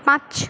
পাঁচ